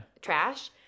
trash